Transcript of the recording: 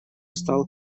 стал